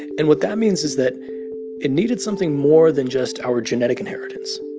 and what that means is that it needed something more than just our genetic inheritance.